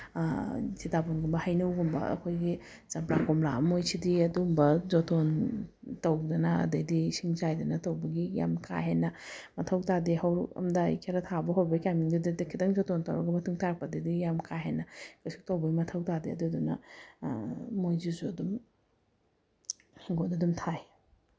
ꯁꯤꯇꯥꯕꯣꯟꯒꯨꯝꯕ ꯍꯩꯅꯧꯒꯨꯝꯕ ꯑꯩꯈꯣꯏꯒꯤ ꯆꯝꯄ꯭ꯔꯥ ꯀꯣꯝꯂꯥ ꯃꯣꯏꯁꯤꯗꯤ ꯑꯗꯨꯒꯨꯝꯕ ꯖꯣꯇꯣꯟ ꯇꯧꯗꯅ ꯑꯗꯩꯗꯤ ꯏꯁꯤꯡ ꯆꯥꯏꯗꯅ ꯇꯧꯕꯒꯤ ꯌꯥꯝ ꯀꯥ ꯍꯦꯟꯅ ꯃꯊꯧ ꯇꯥꯗꯦ ꯍꯧꯔꯛꯑꯝꯗꯥꯏ ꯈꯔ ꯊꯥꯕ ꯍꯧꯕꯩꯀꯥꯟꯗꯨꯗꯗꯤ ꯈꯤꯇꯪ ꯖꯣꯇꯣꯟ ꯇꯧꯔꯒ ꯃꯇꯨꯡ ꯇꯥꯔꯛꯄꯗꯗꯤ ꯌꯥꯝ ꯀꯥ ꯍꯦꯟꯅ ꯀꯩꯁꯨ ꯇꯧꯕꯒꯤ ꯃꯊꯧ ꯇꯥꯗꯦ ꯑꯗꯨꯗꯨꯅ ꯃꯣꯏꯁꯤꯁꯨ ꯑꯗꯨꯝ ꯏꯪꯈꯣꯜꯗ ꯑꯗꯨꯝ ꯊꯥꯏ